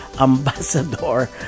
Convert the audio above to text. ambassador